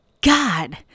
God